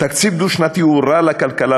תקציב דו-שנתי הוא רע לכלכלה,